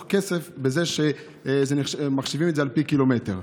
כסף בזה שמחשיבים את זה על פי קילומטר.